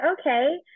Okay